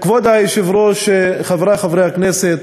כבוד היושב-ראש, חברי חברי הכנסת,